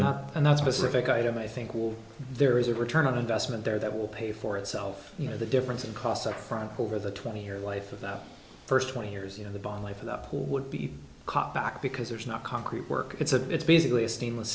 that specific item i think will there is a return on investment there that will pay for itself you know the difference in cost up front over the twenty year life of that first twenty years you know the bottom life of that pool would be caught back because there's not concrete work it's a it's basically a stainless